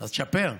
אז שפר.